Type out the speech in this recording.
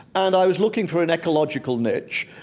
and i was looking for an ecological niche.